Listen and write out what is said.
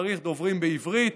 צריך דוברים בעברית.